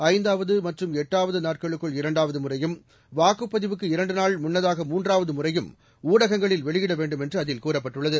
ஐந்தாவது மற்றும் எட்டாவது நாட்களுக்குள் இரண்டாவது முறையும் வாக்குப்பதிவுக்கு இரண்டுநாள் முன்னதாக மூன்றாவது முறையும் ஊடகங்களில் வெளியிட வேண்டும் என்று அதில் கூறப்பட்டுளளது